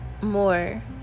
more